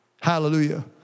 Hallelujah